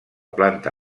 planta